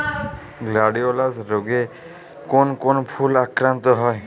Gladiolus রোগে কোন কোন ফুল আক্রান্ত হয়?